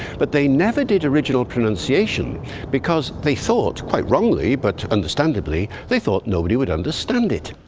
but they never did original pronunciation because they thought, quite wrongly, but understandably, they thought nobody would understand it.